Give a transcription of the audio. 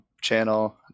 channel